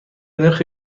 نرخ